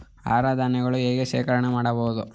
ಆಹಾರ ಧಾನ್ಯಗಳನ್ನು ಹೇಗೆ ಶೇಖರಣೆ ಮಾಡಬಹುದು?